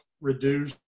reduce